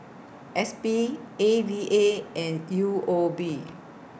S P A V A and U O B